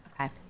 okay